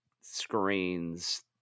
Screens